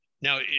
Now